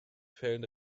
fällen